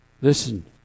Listen